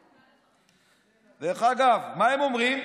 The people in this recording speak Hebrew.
מה הם אומרים?